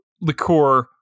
liqueur